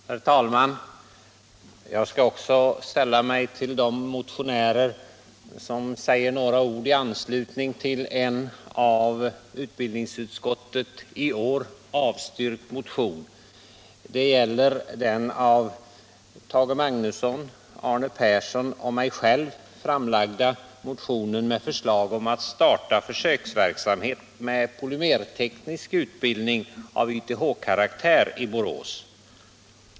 Herr talman! Även jag skall sälla mig till de motionärer som säger några ord i anslutning till en av utbildningsutskottet i år avstyrkt motion. Det gäller här den av Tage Magnusson, Arne Persson och mig själv lämnade motionen med förslag om försöksverksamhet med polymerteknisk utbildning av YTH-karaktär i Borås.